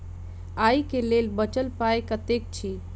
आइ केँ लेल बचल पाय कतेक अछि?